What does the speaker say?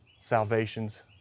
salvations